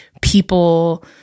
people